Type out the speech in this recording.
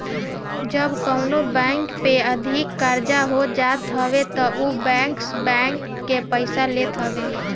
जब कवनो बैंक पे अधिका कर्जा हो जात हवे तब उ बैंकर्स बैंक से पईसा लेत हवे